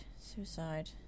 Suicide